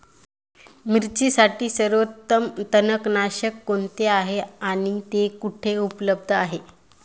मिरचीसाठी सर्वोत्तम तणनाशक कोणते आहे आणि ते कुठे उपलब्ध आहे?